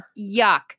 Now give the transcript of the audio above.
Yuck